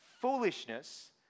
foolishness